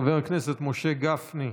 חבר הכנסת משה גפני,